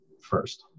first